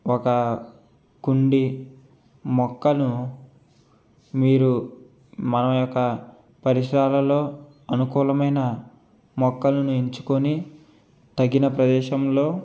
ఒక కుండి మొక్కను మీరు మనయొక పరిసరాలలో అనుకూలమైన మొక్కలను ఎంచుకొని తగిన ప్రదేశంలో